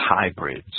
hybrids